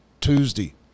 Tuesday